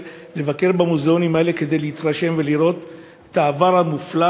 לבקר במוזיאונים האלה כדי להתרשם ולראות את העבר המופלא